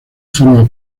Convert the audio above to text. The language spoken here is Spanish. forma